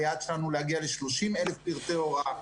היעד שלנו הוא להגיע ל-30,000 פריטי הוראה.